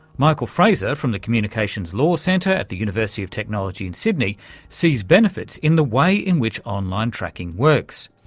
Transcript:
michael fraser from the communications law centre at the university of technology in sydney sees benefits in the way in which online tracking works,